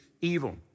evil